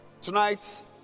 tonight